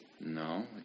No